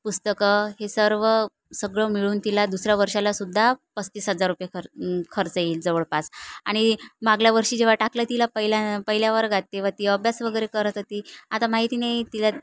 पुस्तकं हे सर्व सगळं मिळून तिला दुसऱ्या वर्षाला सुद्धा पस्तीस हजार रुपये खर् खर्च येईल जवळपास आणि मागल्या वर्षी जेव्हा टाकलं तिला पहिल्या पहिल्या वर्गात तेव्हा ती अभ्यास वगैरे करत होती आता माहिती नाही तिला